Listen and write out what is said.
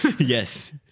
Yes